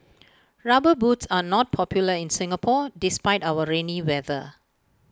rubber boots are not popular in Singapore despite our rainy weather